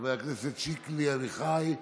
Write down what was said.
חבר הכנסת שיקלי עמיחי,